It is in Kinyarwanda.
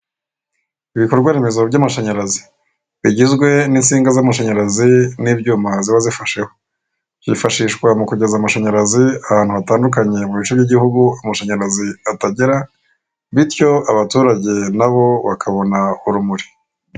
Ibikorwa remezo by'amashanyarazi bigizwe n'insinga z'amashanyarazi n'ibyumazi ziba zifasheho byifashishwa mu kugeza amashanyarazi ahantu hatandukanye mu bice by'igihugu amashanyarazi atagera bityo abaturage nabo bakabona urumuri.